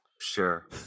Sure